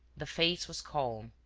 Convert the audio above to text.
the face was calm.